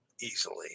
easily